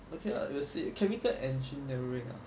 okay lah you will see chemical engineering ah